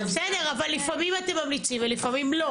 בסדר, אבל לפעמים אתם ממליצים, לפעמים לא.